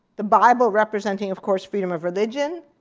the bible representing, of course, freedom of religion,